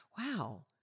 wow